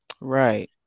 Right